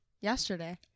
yesterday